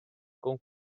con